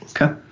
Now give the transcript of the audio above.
Okay